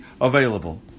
available